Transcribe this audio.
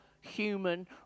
human